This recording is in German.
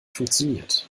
funktioniert